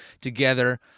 together